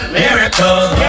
miracles